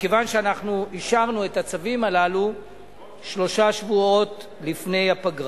מכיוון שאנחנו אישרנו את הצווים הללו שלושה שבועות לפני הפגרה.